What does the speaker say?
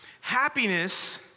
Happiness